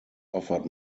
offered